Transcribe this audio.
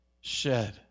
shed